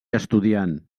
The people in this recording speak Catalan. estudiant